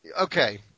okay